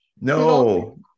No